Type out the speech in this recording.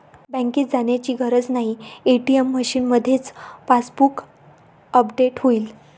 बँकेत जाण्याची गरज नाही, ए.टी.एम मशीनमध्येच पासबुक अपडेट होईल